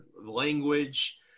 language